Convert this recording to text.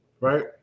right